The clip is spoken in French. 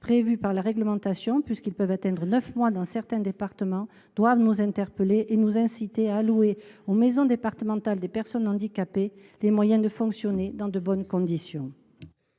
prévus par la réglementation et peuvent atteindre neuf mois dans certains départements – doivent nous interroger et nous inciter à allouer aux maisons départementales des personnes handicapées les moyens de fonctionner dans de bonnes conditions.